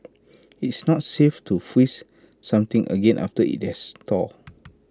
it's not safe to freeze something again after IT has thawed